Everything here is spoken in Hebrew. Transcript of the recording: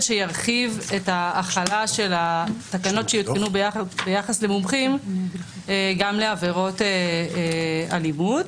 שירחיב את ההחלה של התקנות שיותקנו ביחס למומחים גם לעבירות אלימות.